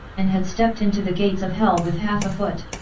and had stepped into the gates of hell with half a foot.